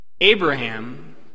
Abraham